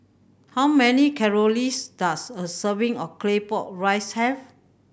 how many does a serving of Claypot Rice have